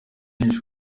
menshi